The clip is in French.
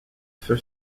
feu